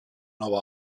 nova